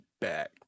back